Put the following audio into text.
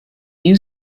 you